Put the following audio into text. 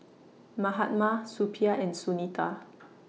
Mahatma Suppiah and Sunita